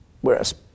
Whereas